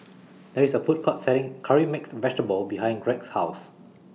There IS A Food Court Selling Curry Mixed Vegetable behind Gregg's House